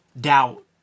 doubt